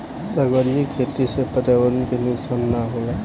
सागरीय खेती से पर्यावरण के नुकसान ना होला